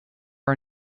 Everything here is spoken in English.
are